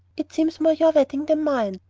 it seems more your wedding than mine,